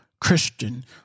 Christian